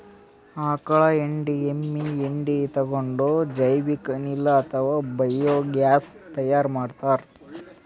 ಆಕಳ್ ಹೆಂಡಿ ಎಮ್ಮಿ ಹೆಂಡಿ ತಗೊಂಡ್ ಜೈವಿಕ್ ಅನಿಲ್ ಅಥವಾ ಬಯೋಗ್ಯಾಸ್ ತೈಯಾರ್ ಮಾಡ್ತಾರ್